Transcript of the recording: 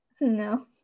No